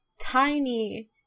tiny